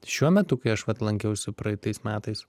šiuo metu kai aš vat lankiausi praeitais metais